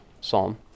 psalm